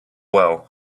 well